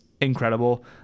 incredible